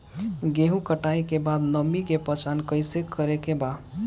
गेहूं कटाई के बाद नमी के पहचान कैसे करेके बा?